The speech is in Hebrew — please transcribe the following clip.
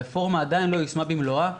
הרפורמה עדיין לא יושמה במלואה,